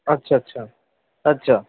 আচ্ছা আচ্ছা আচ্ছা